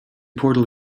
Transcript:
portal